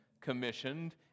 commissioned